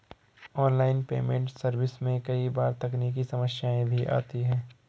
online payment service में कई बार तकनीकी समस्याएं भी आती है